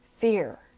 fear